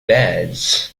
bad